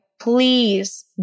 please